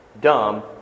dumb